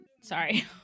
sorry